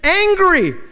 angry